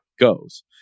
goes